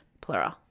plural